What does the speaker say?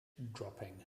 dropping